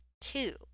Two